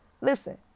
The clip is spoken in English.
Listen